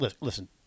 listen